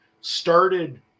started